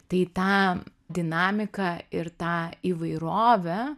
tai tą dinamiką ir tą įvairovę